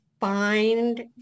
find